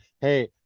hey